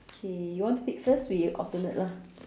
okay you want to pick first we alternate lah